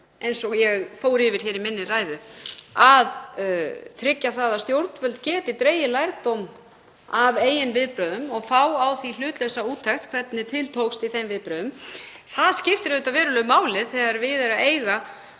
eins og ég fór yfir í minni ræðu, að tryggja að stjórnvöld geti dregið lærdóm af eigin viðbrögðum og fengið hlutlausa úttekt á því hvernig til tókst í þeim viðbrögðum. Það skiptir auðvitað verulegu máli þegar við er að eiga